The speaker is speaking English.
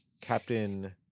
Captain